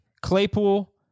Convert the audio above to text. Claypool